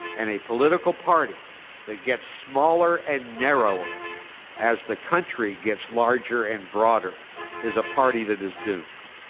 and a political party that gets smaller and narrower as the country gets larger and broader is a party that is doomed.